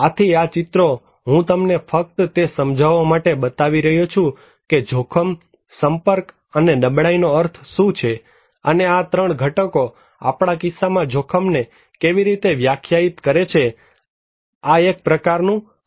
આથી આ ચિત્રો હું તમને ફક્ત તે સમજાવવા માટે બતાવી રહ્યો છું કે જોખમ સંપર્ક અને નબળાઈ નો અર્થ શું છે અને આ ત્રણ ઘટકો આપણા કિસ્સામાં જોખમને કેવી રીતે વ્યાખ્યાયિત કરે છે આ એક પ્રકારનું આપત્તિ જોખમ છે